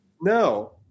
No